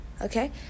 okay